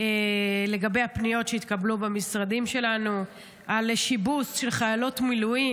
לגבי הפניות שהתקבלו במשרדים שלנו על שיבוץ של חיילות מילואים,